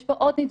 יש פה עוד נדבך,